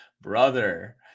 brother